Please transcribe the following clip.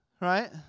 Right